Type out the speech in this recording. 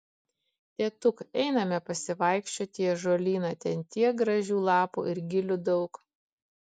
tėtuk einame pasivaikščioti į ąžuolyną ten tiek gražių lapų ir gilių daug